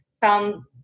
found